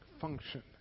function